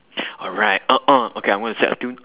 alright uh uh okay I'm gonna set a tune